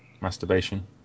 Masturbation